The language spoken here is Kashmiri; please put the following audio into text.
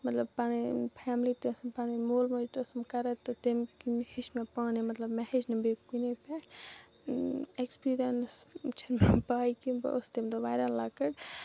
مطلب پَنٕنۍ فیٚملی تہِ ٲسٕم پَنُن مول موج تہِ ٲسٕم کَران تہٕ تمہِ کِنۍ ہیٚچھ مےٚ پانے مطلب مےٚ ہیچھ نہٕ بیٚیہِ کُنے پٮ۪ٹھ ایٚکٕسپیٖریَنٕس چھنہٕ مےٚ پاے کیٚنٛہہ بہٕ ٲسٕس تَمہِ دۄہ واریاہ لَکٕٹۍ